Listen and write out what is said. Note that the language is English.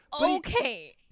Okay